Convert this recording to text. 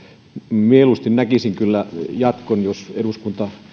mieluusti näkisin kyllä jatkon ja jos eduskunnan